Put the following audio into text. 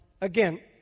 again